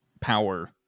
power